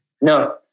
No